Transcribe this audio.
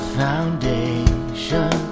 foundation